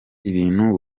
ibintu